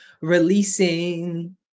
releasing